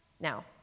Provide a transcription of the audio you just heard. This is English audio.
Now